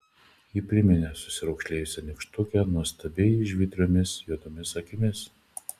ji priminė susiraukšlėjusią nykštukę nuostabiai žvitriomis juodomis akimis